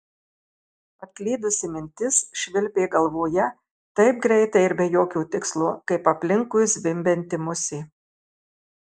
atklydusi mintis švilpė galvoje taip greitai ir be jokio tikslo kaip aplinkui zvimbianti musė